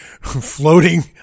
floating